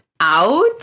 out